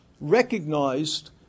recognized